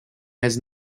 has